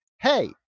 hey